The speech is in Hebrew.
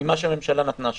ממה שהממשלה נתנה שם,